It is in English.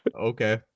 okay